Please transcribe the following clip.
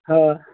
हँ